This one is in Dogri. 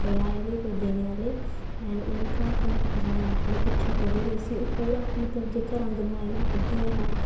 भैया आए दे कोई देने आह्ले उ'ने घर पजाया में दिक्खियै खोह्ल्लियै उसी ओह् पूरा जेह्का रंग नुआए दा हा उ'ऐ हा